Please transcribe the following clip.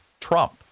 Trump